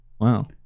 Wow